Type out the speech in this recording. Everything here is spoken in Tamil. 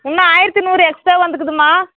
இன்னோம் ஆயிரத்தி நூறு எக்ஸ்ட்ரா வந்திருக்குதும்மா